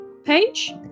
page